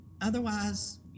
Otherwise